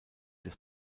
des